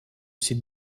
ces